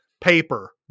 paper